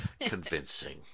convincing